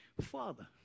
Father